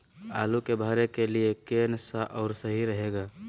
आलू के भरे के लिए केन सा और सही रहेगा?